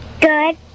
Good